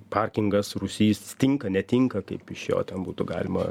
parkingas rūsys tinka netinka kaip iš jo ten būtų galima